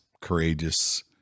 courageous